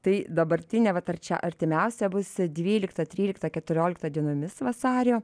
tai dabartinė vat ar čia artimiausia bus dvyliktą tryliktą keturioliktą dienomis vasario